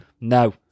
No